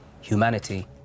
humanity